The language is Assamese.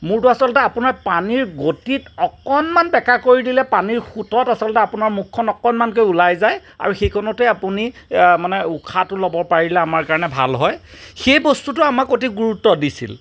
মূৰটো আচলতে আপোনাৰ পানীৰ গতিত অকণমান বেঁকা কৰি দিলে পানীৰ সোঁতত আচলতে আপোনাৰ মুখখন অকণমানকে ওলাই যায় আৰু সেইকণতে আপুনি মানে উশাহটো ল'ব পাৰিলে আমাৰ কাৰণে ভাল হয় সেই বস্তুটো আমাক অতি গুৰুত্ব দিছিল